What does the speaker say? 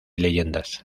leyendas